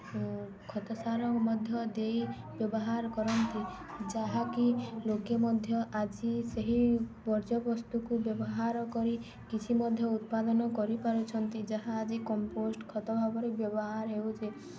ଖତ ସାର ମଧ୍ୟ ଦେଇ ବ୍ୟବହାର କରନ୍ତି ଯାହାକି ଲୋକେ ମଧ୍ୟ ଆଜି ସେହି ବର୍ଜ୍ୟବସ୍ତୁକୁ ବ୍ୟବହାର କରି କିଛି ମଧ୍ୟ ଉତ୍ପାଦନ କରିପାରୁଛନ୍ତି ଯାହା ଆଜି କମ୍ପୋଷ୍ଟ୍ ଖତ ଭାବରେ ବ୍ୟବହାର ହେଉଛି